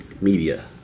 Media